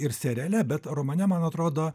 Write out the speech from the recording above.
ir seriale bet romane man atrodo